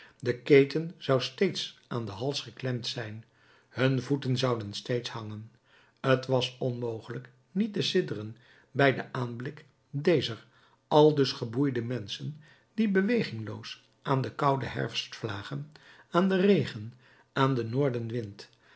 de keten zou steeds aan den hals geklemd zijn hun voeten zouden steeds hangen t was onmogelijk niet te sidderen bij den aanblik dezer aldus geboeide menschen die bewegingloos aan de koude herfstvlagen aan den regen aan den noordenwind